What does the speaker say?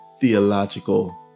theological